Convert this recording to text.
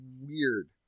weird